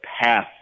path